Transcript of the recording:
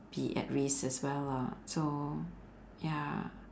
be at risk as well lah so ya